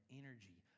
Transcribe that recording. energy